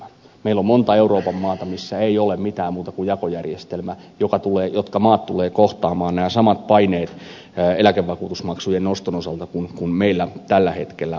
meillä on monta euroopan maata missä ei ole mitään muuta kuin jakojärjestelmä jotka maat tulevat kohtamaan nämä samat paineet eläkevakuutusmaksujen noston osalta kuin meillä tällä hetkellä on